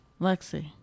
Lexi